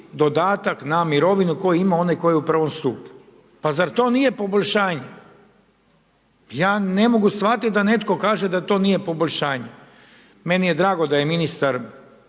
dodatak na mirovinu koji ima onaj tko je u prvom stupu. Pa zar to nije poboljšanje? Ja ne mogu shvatiti da netko kaže da to nije poboljšanje. Meni je drago da je ministar